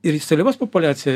ir seliavos populiacija